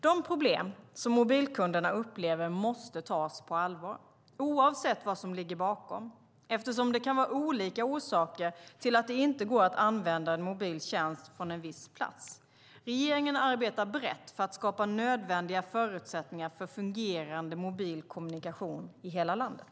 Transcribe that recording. De problem som mobilkunderna upplever måste tas på allvar, oavsett vad som ligger bakom, eftersom det kan vara olika orsaker till att det inte går att använda en mobil tjänst från en viss plats. Regeringen arbetar brett för att skapa nödvändiga förutsättningar för fungerande mobil kommunikation i hela landet.